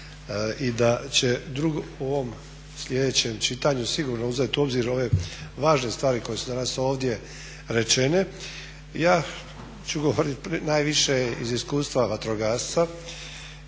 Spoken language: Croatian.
i da će u ovom sljedećem čitanju sigurno uzeti u obzir ove važne stvari koje su danas ovdje rečene. Ja ću govoriti najviše iz iskustva vatrogasca